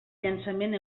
llançament